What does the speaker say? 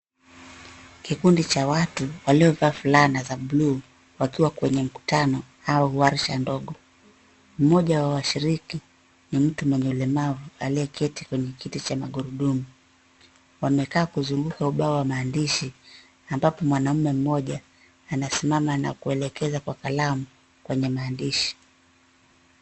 Kikundu cha watu waliovaa fulana za buluu wakiwa kwenye mkutano au warsha ndogo. Mmoja wa washiriki ni mtu mwenye ulemavu aliyeketi kwenye kiti cha magurudumu. Wamekaa kuzunguka ubao wa maandishi ambapo mwanaume mmoja anasimama na kuelekeza kwa kalamu kwenye maandishi.